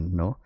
no